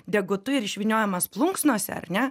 degutu ir išvyniojamas plunksnose ar ne